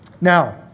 Now